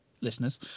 listeners